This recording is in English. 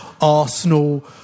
Arsenal